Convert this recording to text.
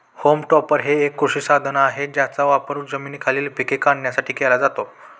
home टॉपर हे एक कृषी साधन आहे ज्याचा वापर जमिनीखालील पिके काढण्यासाठी केला जातो